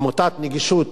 עמותת "נגישות",